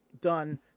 done